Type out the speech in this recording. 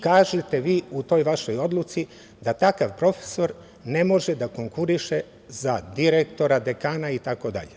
Kažete vi u toj vašoj odluci da takav profesor ne može da konkuriše za direktora, dekana itd.